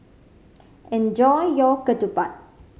enjoy your ketupat